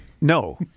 no